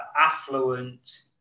affluent